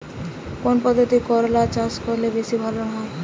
কোন পদ্ধতিতে করলা চাষ করলে বেশি ফলন হবে?